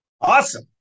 Awesome